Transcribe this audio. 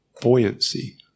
buoyancy